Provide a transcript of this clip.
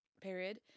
period